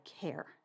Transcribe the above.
care